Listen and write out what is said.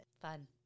Fun